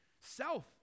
Self